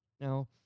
Now